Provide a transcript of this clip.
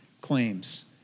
claims